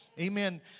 Amen